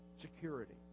security